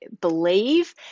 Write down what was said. believe